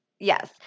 Yes